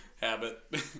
Habit